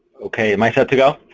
okay, am i set to go?